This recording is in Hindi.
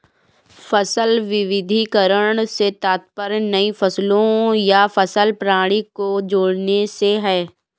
फसल विविधीकरण से तात्पर्य नई फसलों या फसल प्रणाली को जोड़ने से है